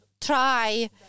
try